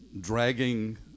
dragging